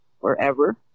forever